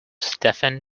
stefan